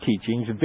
teachings